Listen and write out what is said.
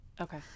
okay